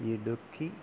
Idukki